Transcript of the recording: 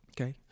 Okay